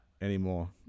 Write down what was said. anymore